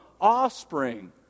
offspring